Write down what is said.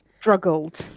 struggled